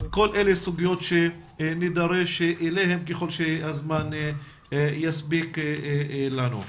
כל אלה סוגיות שנידרש אליהן ככל שהזמן יספיק לנו.